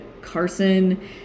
Carson